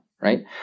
Right